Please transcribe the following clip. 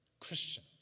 Christian